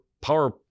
power